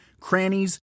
crannies